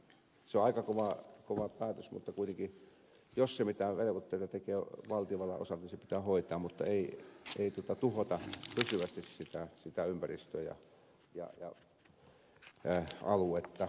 se on aika kova päätös mutta kuitenkin jos se mitään velvoitteita tekee valtiovallan osalta se pitää hoitaa mutta ei tuhota pysyvästi sitä ympäristöä ja aluetta